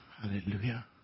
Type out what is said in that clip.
Hallelujah